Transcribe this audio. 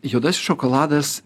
juodasis šokoladas